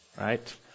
right